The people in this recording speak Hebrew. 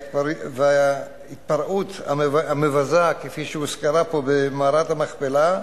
וההתפרעות המבזה, שהוזכרה פה, במערת המכפלה,